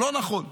לא נכון.